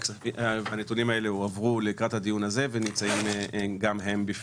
הנתונים האלה הועברו לקראת הדיון הזה ונמצאים בפניכם.